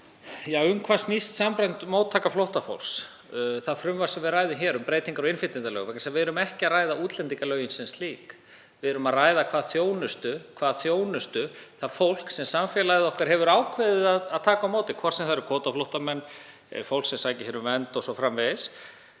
Um hvað snýst samræmd móttaka flóttafólks, það frumvarp sem við ræðum hér um breytingar á innflytjendalögum? Við erum ekki að ræða útlendingalögin sem slík. Við erum að ræða hvaða þjónustu það fólk fær sem samfélagið okkar hefur ákveðið að taka á móti, hvort sem það eru kvótaflóttamenn eða fólk sem sækir um vernd o.s.frv.